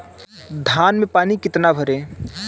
धान में पानी कितना भरें?